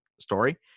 story